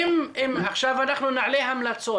עכשיו אנחנו נעלה המלצות,